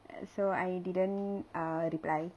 so I didn't uh reply